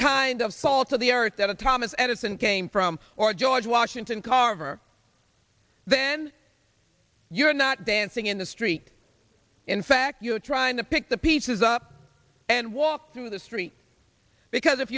kind of salt of the earth that a thomas edison came from or george washington carver then you're not dancing in the street in fact you're trying to pick the pieces up and walk through the street because if